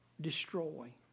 destroy